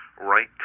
right